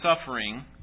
suffering